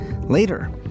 Later